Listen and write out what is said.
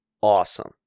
awesome